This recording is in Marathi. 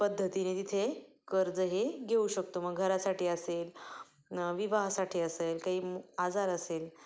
पद्धतीने तिथे कर्ज हे घेऊ शकतो मग घरासाठी असेल विवाहासाठी असेल काही म् आजार असेल